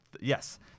Yes